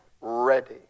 ready